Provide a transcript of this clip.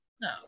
no